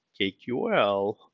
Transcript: KQL